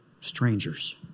strangers